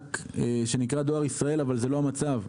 וענק שנקרא דואר ישראל, אבל זה לא המצב.